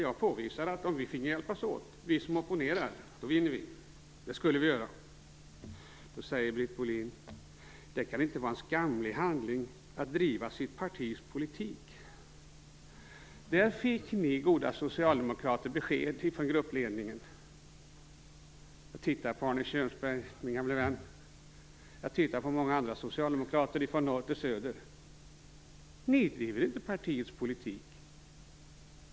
Jag påvisade ju att om vi som opponerar finge hjälpas åt så vinner vi. Britt Bohlin säger: Det kan inte vara en skamlig handling att driva sitt partis politik. Där fick ni, goda socialdemokrater, besked från gruppledningen. Till Arne Kjörnsberg, min gamle vän, och till många andra socialdemokrater från norr till söder vill jag säga: Ni driver inte partiets politik.